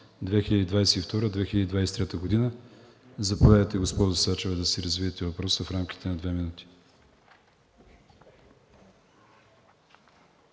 2022 – 2023 г. Заповядайте, госпожо Сачева, да си развиете въпроса в рамките на две минути.